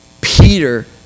Peter